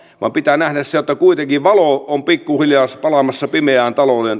vaan pitää nähdä se jotta kuitenkin valo on pikkuhiljaa palaamassa pimeään